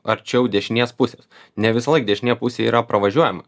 arčiau dešinės pusės ne visąlaik dešinė pusė yra pravažiuojama